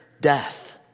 death